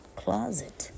closet 。